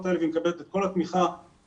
האלה והיא מקבלת את כל התמיכה המקצועית,